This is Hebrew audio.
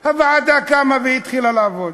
הוועדה קמה והתחילה לעבוד.